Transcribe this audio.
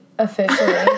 officially